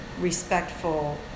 respectful